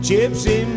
Gypsy